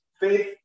faith